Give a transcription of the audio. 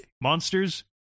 monsters